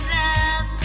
love